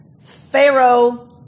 Pharaoh